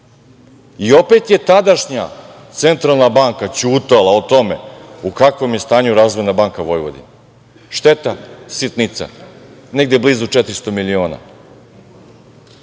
I opet je tadašnja centralna banka ćutala o tome u kakvom je stanju "Razvojna banka Vojvodine". Šteta - sitnica, negde blizu 400 miliona. Kad